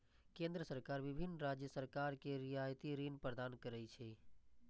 केंद्र सरकार विभिन्न राज्य सरकार कें रियायती ऋण प्रदान करै छै